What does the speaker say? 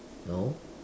no